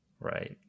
Right